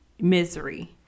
misery